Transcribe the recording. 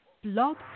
Blog